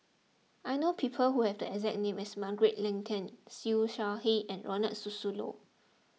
I know people who have the exact name as Margaret Leng Tan Siew Shaw Her and Ronald Susilo